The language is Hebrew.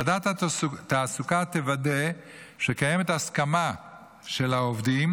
וועדת התעסוקה תוודא שקיימת הסכמה של העובדים